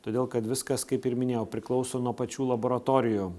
todėl kad viskas kaip ir minėjau priklauso nuo pačių laboratorijų